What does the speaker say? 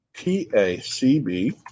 P-A-C-B